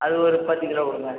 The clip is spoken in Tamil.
அது ஒரு பத்து கிலோ கொடுங்க